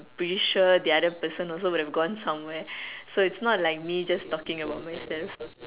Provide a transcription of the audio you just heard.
pretty sure the other person would have gone somewhere so it's not like me just talking about myself